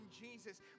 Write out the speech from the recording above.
Jesus